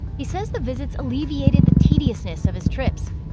he says the visits alleviated the tediousness of his trips.